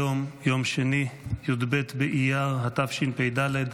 היום יום שני י"ב באייר התשפ"ד,